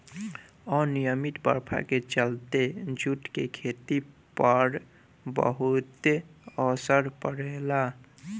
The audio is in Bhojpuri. अनिमयित बरखा के चलते जूट के खेती पर बहुत असर पड़ेला